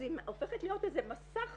אז היא הופכת להיות איזה מסך